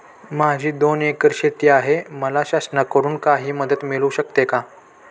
माझी दोन एकर शेती आहे, मला शासनाकडून काही मदत मिळू शकते का?